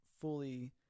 fully